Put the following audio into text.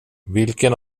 vilken